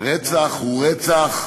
רצח הוא רצח,